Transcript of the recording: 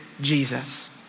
Jesus